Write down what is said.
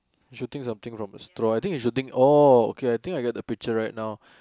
you should think something from the straw I think you should think oh okay I get the picture right now